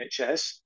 NHS